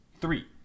three